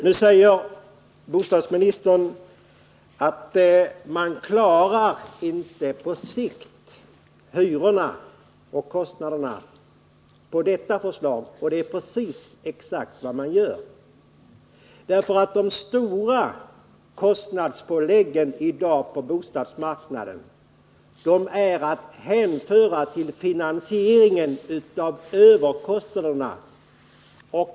Nu säger bostadsministern att man på sikt inte klarar hyrorna och kostnaderna med detta förslag — men det är exakt vad man gör. De stora kostnadspåläggen i dag på bostadsmarknaden är ju att hänföra till finansieringen av överkostnaderna.